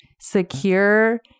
secure